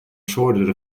shortage